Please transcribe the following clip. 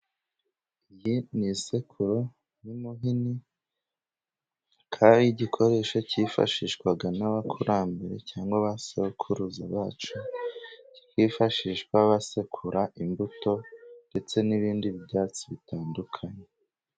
Iyi ni isekuru n'umuhini akaba ari igikoresho cyifashishwaga n'abakurambere cyangwa abasekuruza bacu, kikifashishwa basekura imbuto ndetse n'ibindi byatsi bitandukanye.